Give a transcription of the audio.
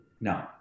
No